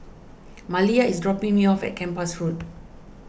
Maliyah is dropping me off at Kempas Road